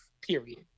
period